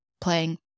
playing